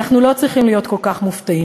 אנחנו לא צריכים להיות כל כך מופתעים.